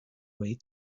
way